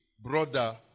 brother